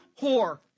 whore